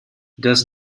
does